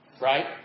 right